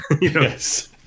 Yes